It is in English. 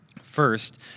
first